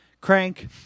crank